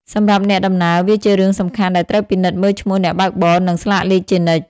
សម្រាប់អ្នកដំណើរ វាជារឿងសំខាន់ដែលត្រូវពិនិត្យមើលឈ្មោះអ្នកបើកបរ និងស្លាកលេខជានិច្ច។